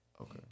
Okay